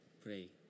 pray